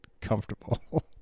comfortable